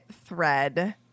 thread